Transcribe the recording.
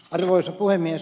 arvoisa puhemies